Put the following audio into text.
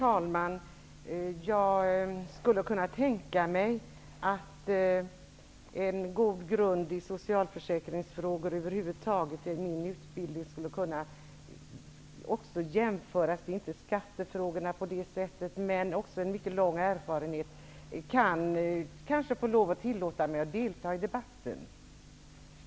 Herr talman! Med den goda grund min utbildning ger mig i socialförsäkringsfrågor och min långa erfarenhet, kan jag nog tillåta mig att delta i debatten och jämföra skattefrågorna. Där kan väl även finnas en grund för mig att stå på.